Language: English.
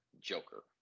Joker